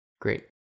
great